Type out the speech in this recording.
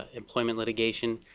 employment litigation.